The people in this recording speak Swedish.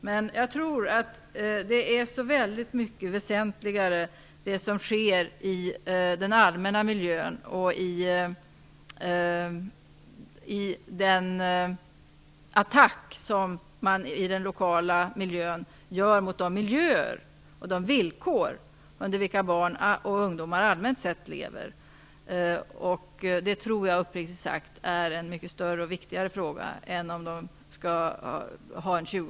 Men jag tror uppriktigt sagt att den attack som görs i den lokala miljön mot de villkor under vilka barn och ungdomar allmänt sett lever är en så mycket större och viktigare fråga än införandet av en 20